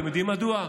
אתם יודעים מדוע?